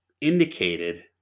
indicated